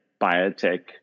biotech